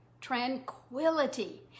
tranquility